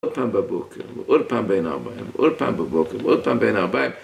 אולפן בבוקר, אולפן בין הערביים, אולפן בבוקר, אולפן בין הערביים